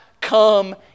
come